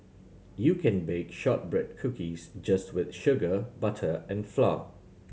you can bake shortbread cookies just with sugar butter and flour